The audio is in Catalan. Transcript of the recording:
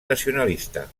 nacionalista